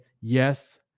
Yes